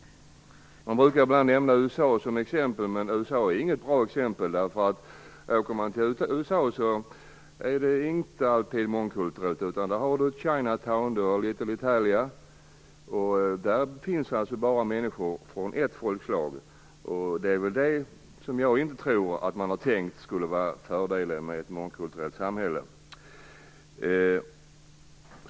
Man brukar ibland nämna USA som exempel, men det är inte något bra exempel. Om man åker till USA finner man att det inte alltid är mångkulturellt, utan där finns Chinatown och Little Italy, där det alltså finns bara ett folkslag. Jag tror inte att man hade tänkt att det skulle vara fördelen med ett mångkulturellt samhälle.